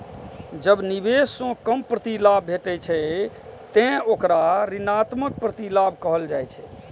जब निवेश सं कम प्रतिलाभ भेटै छै, ते ओकरा ऋणात्मक प्रतिलाभ कहल जाइ छै